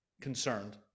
concerned